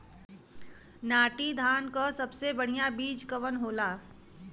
नाटी धान क सबसे बढ़िया बीज कवन होला?